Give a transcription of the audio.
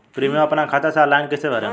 Premium अपना खाता से ऑनलाइन कईसे भरेम?